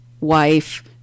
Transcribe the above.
wife